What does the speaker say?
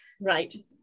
Right